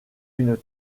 une